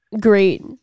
great